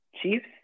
Chiefs